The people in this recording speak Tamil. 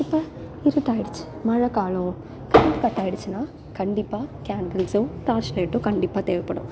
இப்போ இருட்டாகிடுச்சு மழைக் காலம் கரண்ட் கட் ஆகிடுச்சின்னா கண்டிப்பாக கேண்டில்ஸும் டார்ச் லைட்டும் கண்டிப்பாக தேவைப்படும்